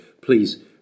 Please